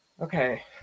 Okay